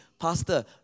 Pastor